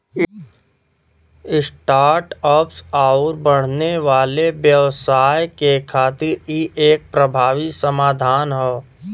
start ups आउर बढ़ने वाले व्यवसाय के खातिर इ एक प्रभावी समाधान हौ